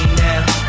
now